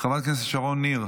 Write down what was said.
חברת הכנסת שרון ניר,